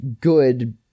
good